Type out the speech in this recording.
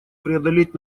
преодолеть